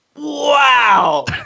Wow